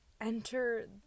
enter